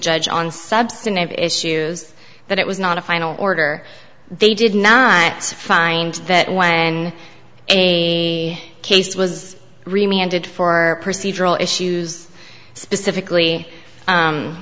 judge on substantive issues that it was not a final order they did not find that when a case was reminded for perceived role issues specifically